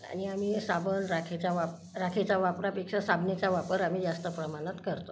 आणि आम्ही साबण राखेचा वाप राखेच्या वापरापेक्षा साबणाचा वापर आम्ही जास्त प्रमाणात करतो